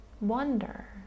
wonder